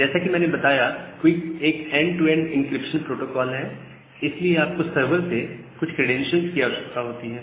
जैसा कि मैंने बताया है क्विक एक end to end encryption protocol है और इसलिए आप को सर्वर से कुछ क्रैडेंशियल्स की आवश्यकता होती है